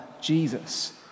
Jesus